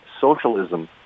socialism